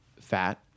fat